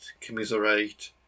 commiserate